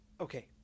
okay